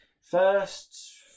First